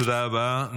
תודה רבה.